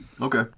Okay